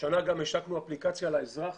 השנה גם השקנו אפליקציה לאזרח,